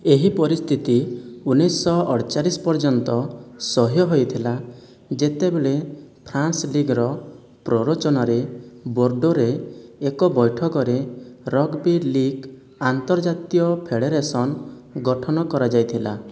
ଏହି ପରିସ୍ଥିତି ଉଣେଇଶ ଅଡ଼ଚାଳିଶ ପର୍ଯ୍ୟନ୍ତ ସହ୍ୟ ହୋଇଥିଲା ଯେତେବେଳେ ଫ୍ରାନ୍ସ ଲିଗ୍ର ପ୍ରରୋଚନାରେ ବୋର୍ଡ଼ରେ ଏକ ବୈଠକରେ ରଗ୍ବି ଲିଗ୍ ଆନ୍ତର୍ଜାତୀୟ ଫେଡ଼େରେସନ୍ ଗଠନ କରାଯାଇଥିଲା